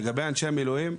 לגבי אנשי המילואים,